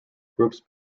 groups